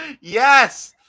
Yes